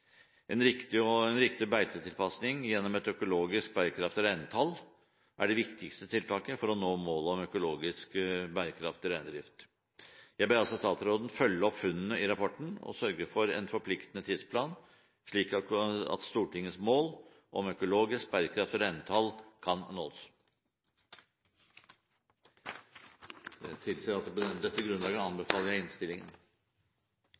En riktig beitetilpasning gjennom et økologisk bærekraftig reintall er det viktigste tiltaket for å nå målet om økologisk bærekraftig reindrift. Jeg ber altså statsråden følge opp funnene i rapporten og sørge for en forpliktende tidsplan, slik at Stortingets mål om et økologisk bærekraftig reintall kan nås. Det tilsier at jeg på dette grunnlaget